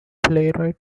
playwright